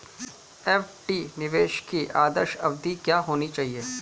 FD निवेश की आदर्श अवधि क्या होनी चाहिए?